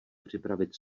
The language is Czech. připravit